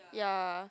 ya